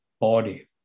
body